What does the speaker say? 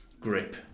grip